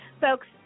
folks